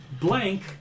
Blank